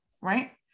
right